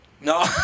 No